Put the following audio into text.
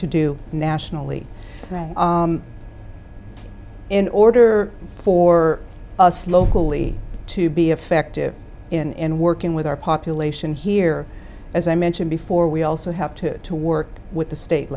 to do nationally in order for us locally to be effective in working with our population here as i mentioned before we also have to work with the state